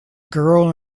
girl